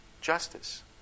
justice